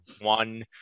one